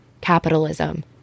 capitalism